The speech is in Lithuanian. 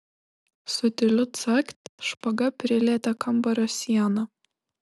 su tyliu cakt špaga prilietė kambario sieną